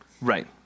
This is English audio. Right